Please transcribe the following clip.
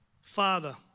father